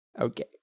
Okay